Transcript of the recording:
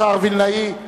השר וילנאי.